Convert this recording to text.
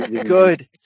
good